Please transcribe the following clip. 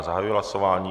Zahajuji hlasování.